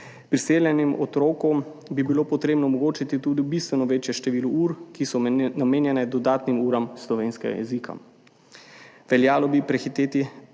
Priseljenim otrokom bi bilo treba omogočiti tudi bistveno večje število ur, ki so namenjene dodatnim uram slovenskega jezika. Veljalo bi prehiteti